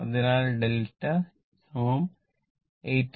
അതിനാൽ 𝛿 18